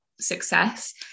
success